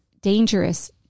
dangerous